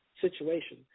situation